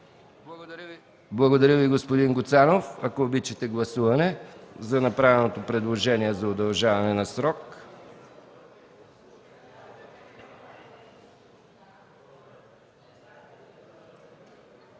Благодаря Ви, господин Гуцанов. Моля, гласувайте направеното предложение за удължаване на срока.